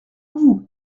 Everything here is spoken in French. vous